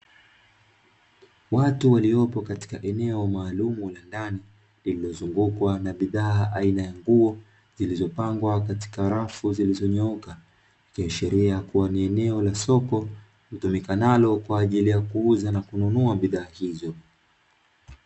Watu waliopo katika eneo maalumu la ndani lililozungukwa na bidhaa aina ya nguo zilizopangwa katika rafu zilizonyooka. Ikiashiria kuwa ni eneo la soko litumikanalo kwa ajili ya kuuza na kununua bidhaa hizo.